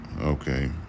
Okay